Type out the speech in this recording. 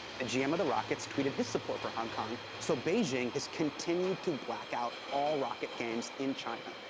the gm of the rockets tweeted his support for hong kong, so beijing has continued to black out all rocket games in china.